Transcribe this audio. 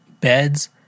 Beds